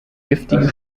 giftigen